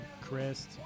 Chris